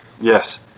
Yes